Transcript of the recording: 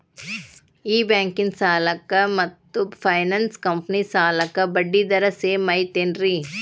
ಈ ಬ್ಯಾಂಕಿನ ಸಾಲಕ್ಕ ಮತ್ತ ಫೈನಾನ್ಸ್ ಕಂಪನಿ ಸಾಲಕ್ಕ ಬಡ್ಡಿ ದರ ಸೇಮ್ ಐತೇನ್ರೇ?